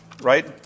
right